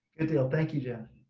and deal. thank you, jeff.